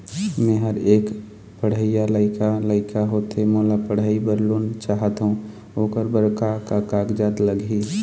मेहर एक पढ़इया लइका लइका होथे मोला पढ़ई बर लोन चाहथों ओकर बर का का कागज लगही?